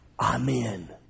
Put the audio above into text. Amen